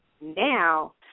now